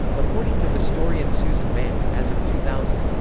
according to historian susan mann, as of two thousand,